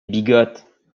bigote